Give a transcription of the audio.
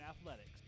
athletics